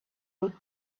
route